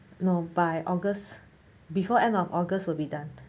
no by august before end of august will be done